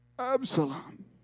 Absalom